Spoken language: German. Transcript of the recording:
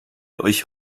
euch